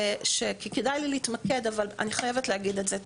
כי כדאי לי להתמקד אבל אני חייבת להגיד את זה.